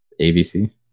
ABC